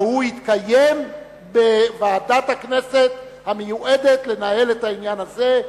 והוא יתקיים בוועדת הכנסת המיועדת לנהל את העניין הזה.